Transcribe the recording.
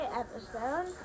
episode